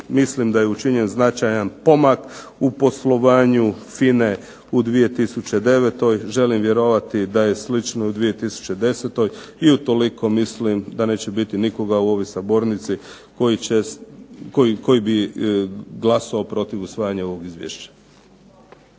mislim da je učinjen značajan pomak u poslovanju FINA-e u 2009., želim vjerovati da je slično u 2010., i utoliko mislim da neće biti nikoga u ovoj sabornici koji će, koji bi glasovao protiv usvajanja ovog izvješća.